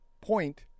point